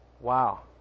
wow